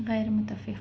غیر متفق